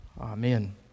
Amen